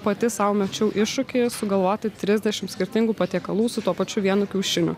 pati sau mečiau iššūkį sugalvoti trisdešimt skirtingų patiekalų su tuo pačiu vienu kiaušiniu